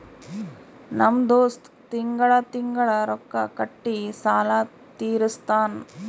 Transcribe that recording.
ನಮ್ ದೋಸ್ತ ತಿಂಗಳಾ ತಿಂಗಳಾ ರೊಕ್ಕಾ ಕೊಟ್ಟಿ ಸಾಲ ತೀರಸ್ತಾನ್